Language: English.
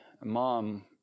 mom